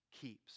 keeps